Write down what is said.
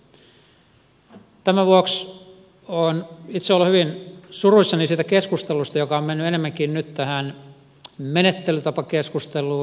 tämän vuoksi itse olen hyvin suruissani siitä keskustelusta joka on mennyt enemmänkin nyt tähän menettelytapakeskusteluun